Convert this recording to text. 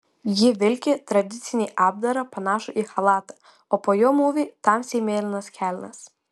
ji vilki tradicinį apdarą panašų į chalatą o po juo mūvi tamsiai mėlynas kelnes